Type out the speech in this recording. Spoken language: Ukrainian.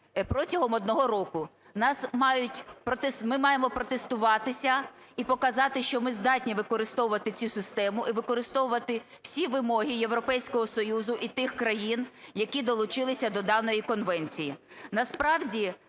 протягом одного року. Нас мають, ми маємо протестуватися і показати, що ми здатні використовувати цю систему і використовувати всі вимоги Європейського Союзу і тих країн, які долучилися до даної конвенції.